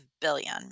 billion